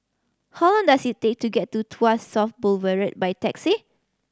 how long does it take to get to Tuas South Boulevard by taxi